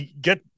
get